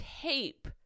tape